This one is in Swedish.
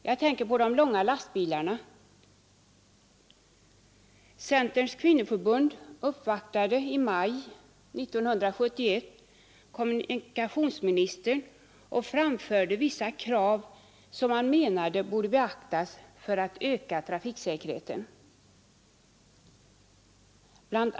Jag tänker på de långa lastbilarna. Centerns kvinnoförbund uppvaktade i maj 1971 kommunikationsministern och framförde vissa krav, som man menade borde beaktas för att öka trafiksäkerheten. Bl.